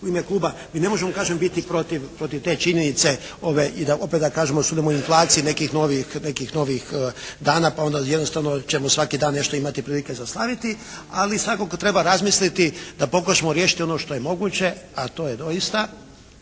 u ime kluba mi ne možemo kažem biti protiv te činjenice i da opet da kažemo … inflacije nekih novih dana pa onda jednostavno ćemo svaki dan nešto imati prilike za slaviti. Ali svakako treba razmisliti da pokušamo riješiti ono što je moguće, a to je doista